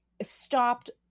stopped